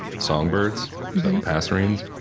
songbirds, so passerines,